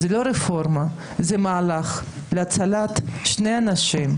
זאת לא רפורמה אלא זה מהלך להצלת שני אנשים,